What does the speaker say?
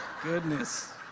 Goodness